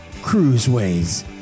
cruiseways